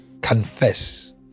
confess